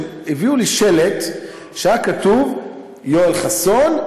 הם הביאו לי שלט שהיה כתוב "יואל חסון,